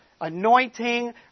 anointing